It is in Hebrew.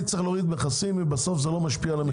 צריך להוריד מכסים אם בסוף זה לא משפיע על המחיר?